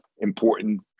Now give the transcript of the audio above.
important